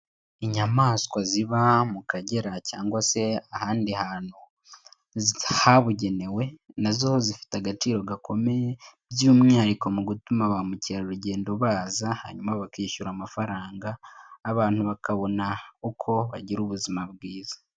Inyamaswa ziba mu Kagera cyangwa se ahandi hantu habugenewe na zo zifite agaciro gakomeye, by'umwihariko mu gutuma ba mukerarugendo baza hanyuma bakishyura amafaranga, abantu bakabona uko bagira ubuzima bwiza.